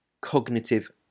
cognitive